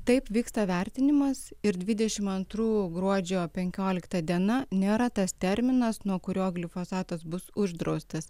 taip vyksta vertinimas ir dvidešimt antrų gruodžio penkiolikta diena nėra tas terminas nuo kurio glifosatas bus uždraustas